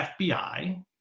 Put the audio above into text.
FBI